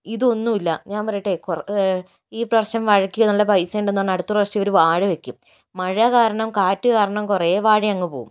ഇത് ഒന്നുമില്ല ഞാൻ പറയട്ടെ ഈ പ്രാവശ്യം വാഴയ്ക്ക് നല്ല പൈസ ഉണ്ടെന്ന് പറഞ്ഞ് അടുത്ത പ്രാവശ്യം ഇവര് വാഴ വയ്ക്കും മഴ കാരണം കാറ്റു കാരണം കുറേ വാഴ അങ്ങ് പോകും